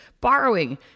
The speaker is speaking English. borrowing